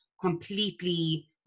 completely